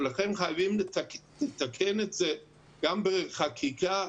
לכן חייבים לתקן את זה גם בחקיקה,